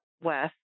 west